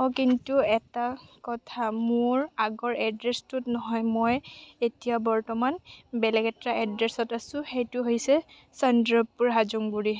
অঁ কিন্তু এটা কথা মোৰ আগৰ এড্ৰেছটোত নহয় মই এতিয়া বৰ্তমান বেলেগ এটা এড্ৰেছত আছোঁ সেইটো হৈছে চন্দ্ৰপুৰ হাজংগুৰি